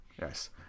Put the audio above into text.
Yes